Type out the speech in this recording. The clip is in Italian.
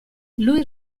lui